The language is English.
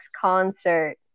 concert